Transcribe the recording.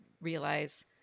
realize